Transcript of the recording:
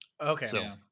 Okay